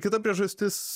kita priežastis